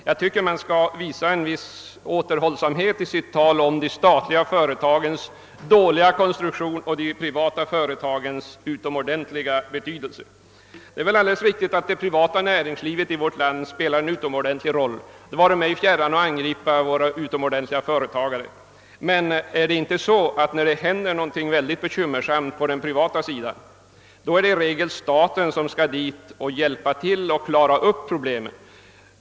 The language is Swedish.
Jag tycker att man bör visa en viss återhållsamhet i sitt tal om de statliga företagens dåliga konstruktion och de privata företagens utomordentliga be tydelse. Det är alldeles riktigt att det privata näringslivet spelar en utomordentligt stor roll. Det vore mig fjärran att angripa våra utomordentliga företagare. Men är det inte så, att när det blir väldigt bekymmersamt på den privata sidan, är det i regel staten som får hjälpa till och klara upp problemen?